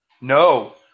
No